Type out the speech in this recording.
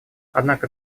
однако